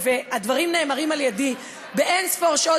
והדברים נאמרים על-ידי באין-ספור שעות